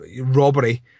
robbery